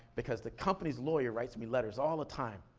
because the company's lawyer writes me letters all the time.